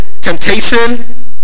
temptation